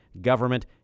government